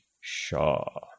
Shaw